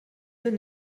deux